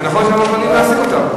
זה נכון שהם לא מוכנים להעסיק אותם.